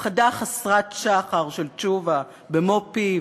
הפחדה חסרת שחר של תשובה במו-פיו.